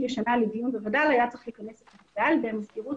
ישנה לדיון בווד"ל היה צריך לכנס את הוועדה ומזכירות